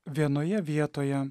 vienoje vietoje